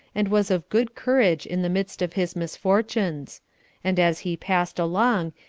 and was of good courage in the midst of his misfortunes and as he passed along,